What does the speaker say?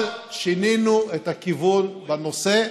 אבל שינינו את הכיוון בנושא.